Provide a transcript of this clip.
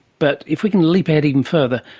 but if we can leap ahead even further,